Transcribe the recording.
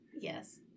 Yes